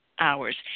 hours